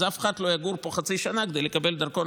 אז אף אחד לא יגור פה חצי שנה כדי לקבל דרכון